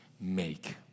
make